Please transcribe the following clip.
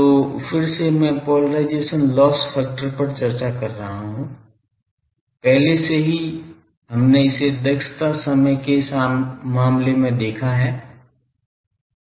तो फिर से मैं पोलराइजेशन लॉस फैक्टर पर चर्चा कर रहा हूं पहले से ही हमने इसे दक्षता समय के मामले में देखा है